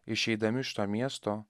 išeidami iš to miesto